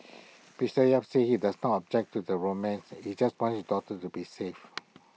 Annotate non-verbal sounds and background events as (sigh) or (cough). (noise) be say yap said he does not object to the romance he just wants his daughter to be safe